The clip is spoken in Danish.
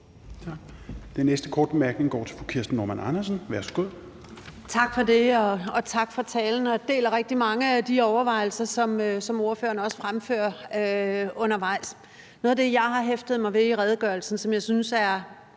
Tak. Den næste korte bemærkning går til fru Kirsten Normann Andersen. Værsgo. Kl. 10:22 Kirsten Normann Andersen (SF): Tak for det, og tak for talen. Jeg deler rigtig mange af de overvejelser, som ordføreren fremførte undervejs. Noget af det, jeg har hæftet mig ved i redegørelsen, og som jeg synes er